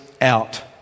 out